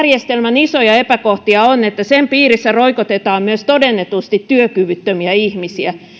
työttömyysturvajärjestelmän isoja epäkohtia on että sen piirissä roikotetaan myös todennetusti työkyvyttömiä ihmisiä